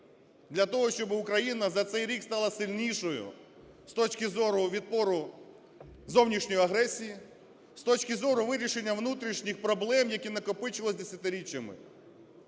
для того, щоб Україна за цей рік стала сильнішою з точки зору відпору зовнішньої агресії, з точки зору вирішення внутрішніх проблем, які накопичувалися десятиріччями.